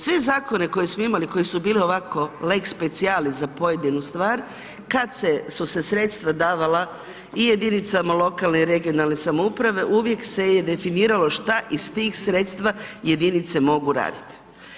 Sve zakone koje smo imali koji su bili ovako lex specialis za pojedinu stvar, kad su se sredstava davala i jedinicama lokalne i regionalne samouprave uvijek se je definiralo šta iz tih sredstva jedinice mogu raditi.